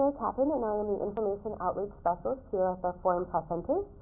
ah but and um and and information outreach specialist here at the foreign press centers.